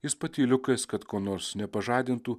jis patyliukais kad ko nors nepažadintų